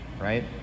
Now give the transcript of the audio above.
right